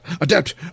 adapt